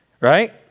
right